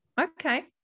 okay